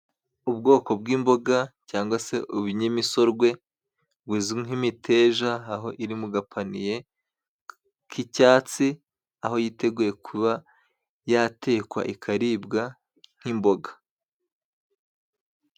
Ubwoko bw'imboga cyangwa se ibinyamisorwe buzwi nk'imiteja aho iri mu gapaniye k'icyatsi, aho yiteguye kuba yatekwa ikaribwa nk'imboga.